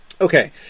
Okay